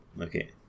okay